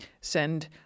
send